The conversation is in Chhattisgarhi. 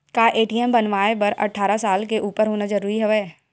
का ए.टी.एम बनवाय बर अट्ठारह साल के उपर होना जरूरी हवय?